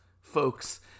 folks